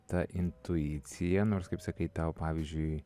ta intuicija nors kaip sakai tau pavyzdžiui